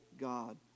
God